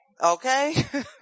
Okay